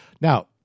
Now